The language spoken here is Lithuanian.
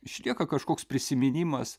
išlieka kažkoks prisiminimas